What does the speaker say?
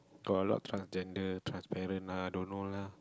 got a lot transgender transparent ah don't know lah